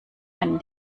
einen